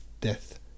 death